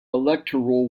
electoral